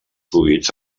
fluids